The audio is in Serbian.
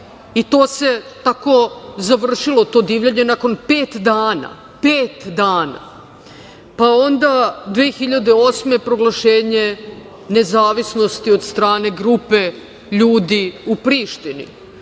To se tako završilo, to divljanje, nakon pet dana, pet dana. Pa, onda 2008. godine proglašenje nezavisnosti od strane grupe ljudi u Prištini,